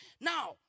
Now